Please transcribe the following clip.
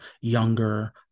younger